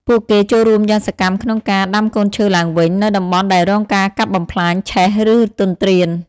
ពួកគេចូលរួមយ៉ាងសកម្មក្នុងការ ដាំកូនឈើឡើងវិញ នៅតំបន់ដែលរងការកាប់បំផ្លាញ ឆេះ ឬទន្ទ្រាន។